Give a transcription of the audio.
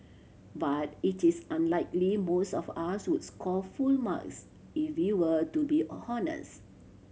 but it is unlikely most of us would score full marks if we were to be honest